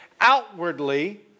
outwardly